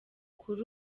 kuri